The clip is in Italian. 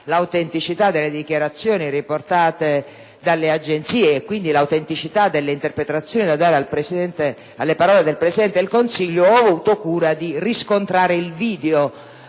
l'autenticità delle dichiarazioni riportate dalle agenzie, e quindi l'autenticità dell'interpretazione da dare alle parole del Presidente del Consiglio, ho avuto cura di riscontrare il video,